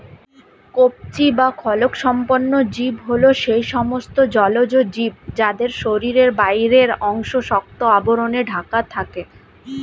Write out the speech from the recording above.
কবচী বা খোলকসম্পন্ন জীব হল সেই সমস্ত জলজ জীব যাদের শরীরের বাইরের অংশ শক্ত আবরণে ঢাকা থাকে